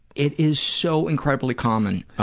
it is so incredibly common,